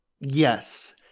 Yes